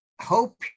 hope